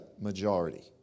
majority